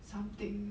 something